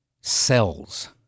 cells